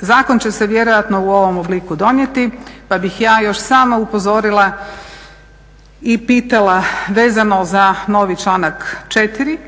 zakon će se vjerojatno u ovom obliku donijeti, pa bih ja još samo upozorila i pitala vezano za novi članak 4.